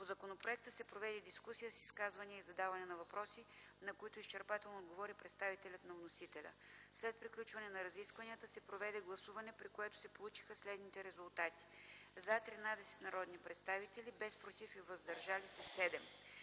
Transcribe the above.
По законопроекта се проведе дискусия с изказвания и задаване на въпроси, на които изчерпателно отговори представителят на вносителя. След приключване на разискванията се проведе гласуване, при което се получиха следните резултати: „за” – 13 народни представители, без „против” и „въздържали се”